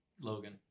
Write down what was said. Logan